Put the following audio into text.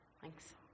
Thanks